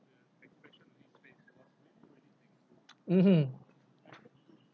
mmhmm